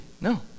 No